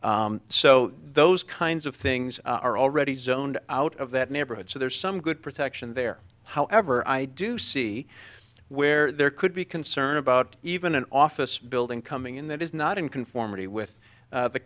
so those kinds of things are already zoned out of that neighborhood so there's some good protection there however i do see where there could be concern about even an office building coming in that is not in conformity with